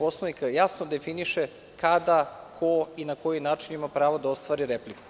Poslovnika jasno definiše kada, ko i na koji način ima pravo da ostvari repliku.